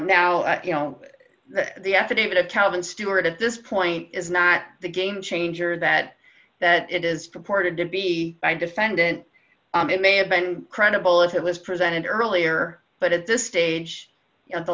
as you know the affidavit of calvin stewart at this point is not the game changer that that it is purported to be by defendant it may have been credible if it was presented earlier but at this stage in the